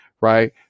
right